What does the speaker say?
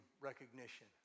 recognition